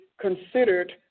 considered